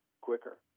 quicker